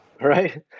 Right